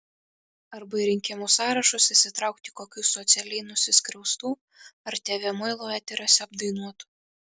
arba į rinkimų sąrašus įsitraukti kokių socialiai nusiskriaustų ar tv muilo eteriuose apdainuotų